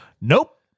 Nope